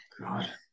God